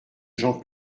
gens